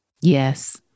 Yes